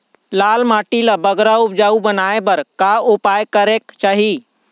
लाल माटी ला बगरा उपजाऊ बनाए बर का उपाय करेक चाही?